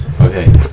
Okay